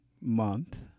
Month